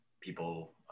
people